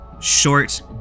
short